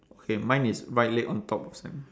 okay mine is right leg on top of sand